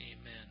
amen